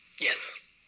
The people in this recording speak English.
Yes